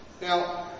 Now